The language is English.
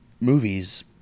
movies